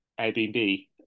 Airbnb